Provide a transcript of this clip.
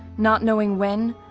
not knowing when,